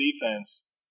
defense